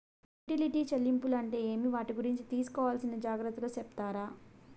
Utility చెల్లింపులు అంటే ఏమి? వాటి గురించి తీసుకోవాల్సిన జాగ్రత్తలు సెప్తారా?